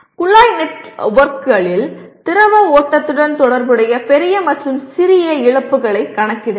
குழாய் நெட்வொர்க்குகளில் திரவ ஓட்டத்துடன் தொடர்புடைய பெரிய மற்றும் சிறிய இழப்புகளைக் கணக்கிடுங்கள்